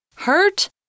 Hurt